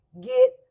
get